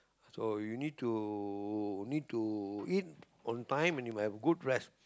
so you need to need to eat on time and you must have good rest